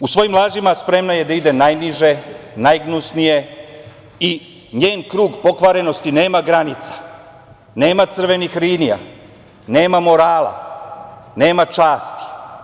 U svojim lažima spremna je da ide najniže, najgnusnije i njen krug pokvarenosti nema granice, nema crvenih linija, nema morala, nema časti.